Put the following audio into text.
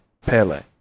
Pele